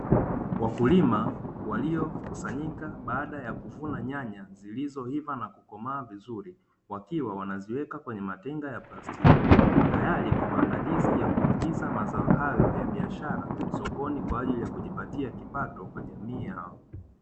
Wakulima waliokusanyika baada ya kuvuna nyanya zilizoiva na kukomaa vizuri wakiwa wanaziweka kwenye matenga ya plastiki, tayari kwa maandalizi ya kuingiza mazao hayo ya biashara sokoni kwa ajili ya kujipatia kipato kwa jamii yao.